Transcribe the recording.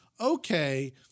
okay